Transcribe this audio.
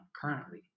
currently